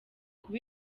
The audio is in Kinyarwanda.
kuba